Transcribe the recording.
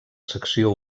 secció